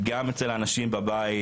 גם אצל האנשים בבית,